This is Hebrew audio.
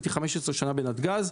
הייתי 15 שנה בנתגז.